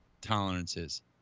tolerances